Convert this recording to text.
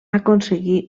aconseguir